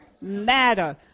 matter